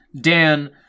Dan